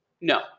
No